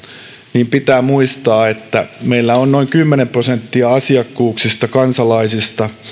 niin pitää muistaa että meillä on noin kymmenen prosenttia asiakkuuksista kansalaisista